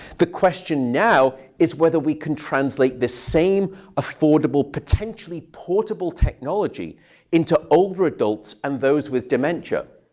the question now is whether we can translate this same affordable, potentially portable technology into older adults and those with dementia.